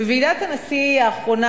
בוועידת הנשיא האחרונה,